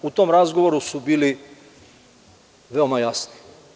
U tom razgovoru su bili veoma jasni.